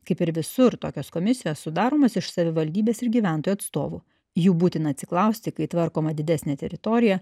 kaip ir visur tokios komisijos sudaromos iš savivaldybės ir gyventojų atstovų jų būtina atsiklausti kai tvarkoma didesnė teritorija